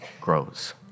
grows